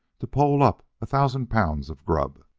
to pole up a thousand pounds of grub?